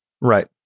Right